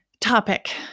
topic